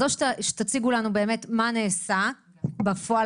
אז או שתציגו לנו מה נעשה בפועל